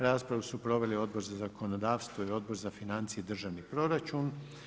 Raspravu su proveli Odbor za zakonodavstvo i Odbor za financije i državni proračun.